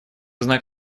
знак